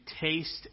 taste